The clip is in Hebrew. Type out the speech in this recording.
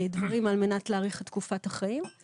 דברים על מנת להאריך את תקופת החיים.